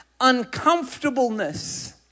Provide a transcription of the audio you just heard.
uncomfortableness